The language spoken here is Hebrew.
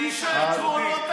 נא לשבת.